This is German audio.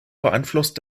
beeinflusst